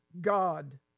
God